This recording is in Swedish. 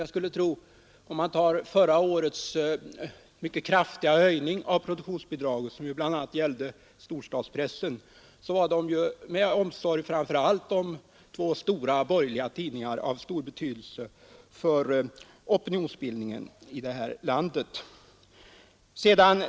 Jag skulle tro att förra årets mycket kraftiga höjning av produktionsbidraget, som bl.a. gällde storstadspressen, skedde av omsorg framför allt om två stora borgerliga tidningar av stor betydelse för opinionsbildningen i detta land.